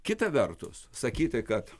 kita vertus sakyti kad